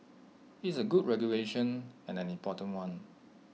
IT is A good regulation and an important one